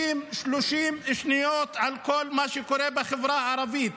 30 שניות על כל מה שקורה בחברה הערבית.